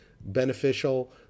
beneficial